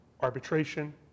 arbitration